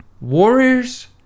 Warriors